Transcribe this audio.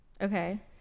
okay